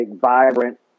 vibrant